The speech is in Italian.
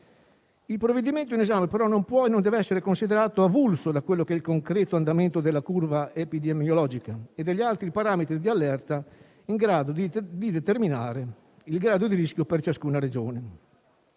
Il provvedimento in esame, però, non può e non deve essere considerato avulso dal concreto andamento della curva epidemiologica e degli altri parametri di allerta in grado di determinare il grado di rischio per ciascuna Regione.